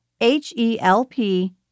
H-E-L-P